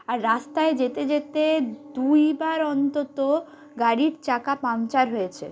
আর রাস্তায় যেতে যেতে দুইবার অন্তত গাড়ির চাকা পাংচার হয়েছে